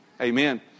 Amen